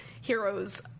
Heroes